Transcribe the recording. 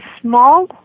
small